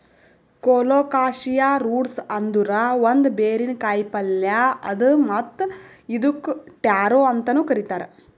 colocasia roots ಅಂದುರ್ ಒಂದ್ ಬೇರಿನ ಕಾಯಿಪಲ್ಯ್ ಅದಾ ಮತ್ತ್ ಇದುಕ್ ಟ್ಯಾರೋ ಅಂತನು ಕರಿತಾರ್